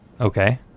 Okay